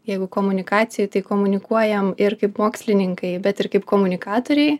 jeigu komunikacijoj tai komunikuojam ir kaip mokslininkai bet ir kaip komunikatoriai